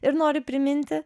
ir nori priminti